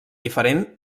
diferent